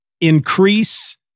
increase